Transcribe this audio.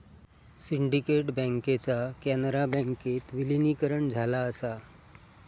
syndicate बँकेचा कॅनरा बँकेत विलीनीकरण झाला असा